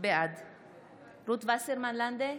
בעד רות וסרמן לנדה,